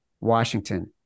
Washington